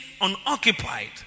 unoccupied